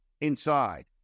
inside